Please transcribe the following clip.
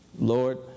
Lord